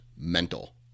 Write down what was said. mental